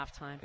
halftime